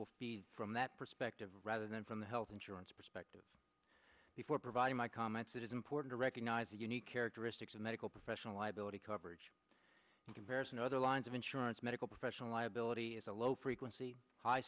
will be from that perspective rather than from the health insurance perspective before providing my comments it is important to recognize the unique characteristics of medical professional liability coverage in comparison to other lines of insurance medical professional liability is a low frequency hi